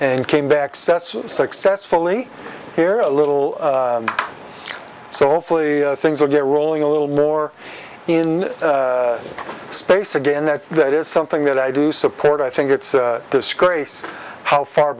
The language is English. and came back sets successfully here a little so awfully things are get rolling a little more in space again that that is something that i do support i think it's a disgrace how far